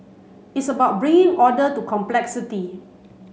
it's about bringing order to complexity